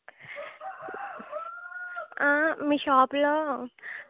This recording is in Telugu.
మీ షాప్లో